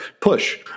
Push